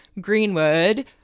Greenwood